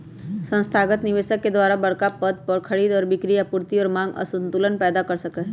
संस्थागत निवेशक द्वारा बडड़ा पद के खरीद और बिक्री आपूर्ति और मांग असंतुलन पैदा कर सका हई